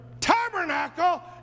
tabernacle